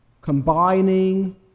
combining